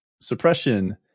suppression